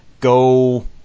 go